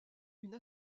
une